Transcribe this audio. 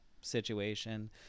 situation